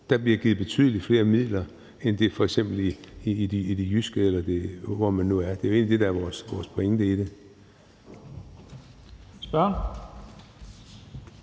bliver givet betydelig flere midler, end der f.eks. bliver i de jyske kommuner, eller hvor det nu er. Det er det, der er vores pointe. Kl.